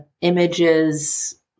images